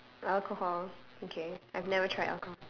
alcohol okay I've never tried alcohol